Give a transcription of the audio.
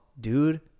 Dude